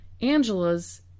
Angela's